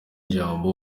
jambo